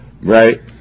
right